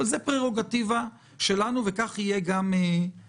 אבל זה פררוגטיבה שלנו וכך יהיה גם הפעם.